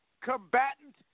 combatant